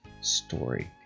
story